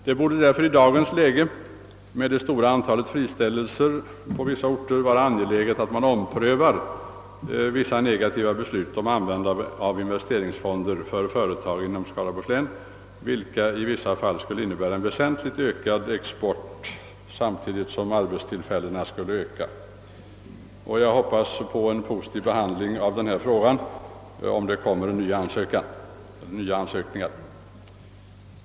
Det borde därför i dagens läge, med det stora antalet friställelser på vissa orter, vara angeläget att man omprövar några negativa beslut om användande av investeringsfonder för företag i Skaraborgs län; följden skulle i en del fall kunna bli väsentligt ökad export samtidigt som arbetstillfällena ökar. Jag hoppas på en positiv behandling, om det kommer nya ansökningar.